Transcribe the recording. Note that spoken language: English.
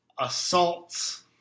assaults